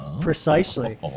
Precisely